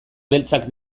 beltzak